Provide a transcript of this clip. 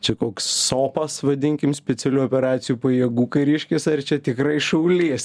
čia koks sopas vadinkim specialių operacijų pajėgų kariškis ar čia tikrai šaulys